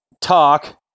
talk